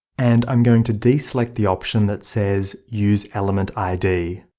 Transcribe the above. and i'm going to deselect the option that says use element id.